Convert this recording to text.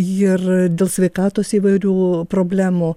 ir dėl sveikatos įvairių problemų